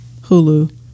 Hulu